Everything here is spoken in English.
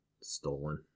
stolen